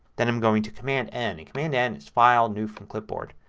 then i'm going to command n. command n is file new from clipboard.